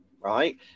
right